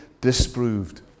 disproved